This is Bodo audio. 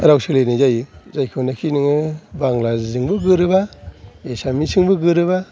राव सोलिनाय जायो जायखौनोखि नोङो बांग्लाजोंबो गोरोबा एसामिसजोंबो गोरोबा